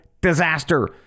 Disaster